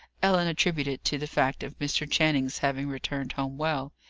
ellen attributed it to the fact of mr. channing's having returned home well.